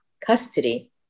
custody